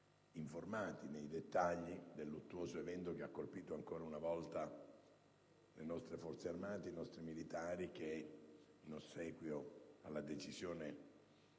informati nei dettagli del luttuoso evento che ha colpito ancora una volta le nostre Forze armate, i nostri militari che, in ossequio alla decisione